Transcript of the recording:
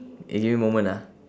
eh give me a moment ah